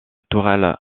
tourelle